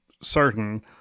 certain